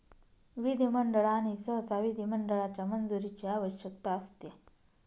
विधिमंडळ आणि सहसा विधिमंडळाच्या मंजुरीची आवश्यकता असते